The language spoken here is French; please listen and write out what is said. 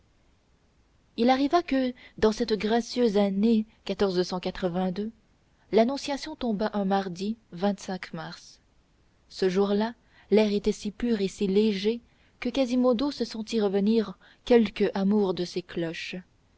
il arriva que dans cette gracieuse année l'annonciation tomba un mardi mars ce jour-là l'air était si pur et si léger que quasimodo se sentit revenir quelque amour de ses cloches